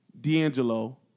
D'Angelo